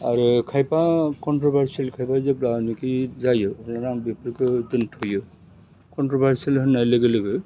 आरो खायफा कनथ्रबारसियेल खायफा जेब्लानेखि जायो अब्लाना आं बेफोरखो दोनथयो कनथ्रबारसियेल होननाय लोगो लोगो